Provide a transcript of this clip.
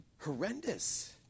horrendous